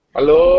Hello